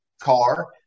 car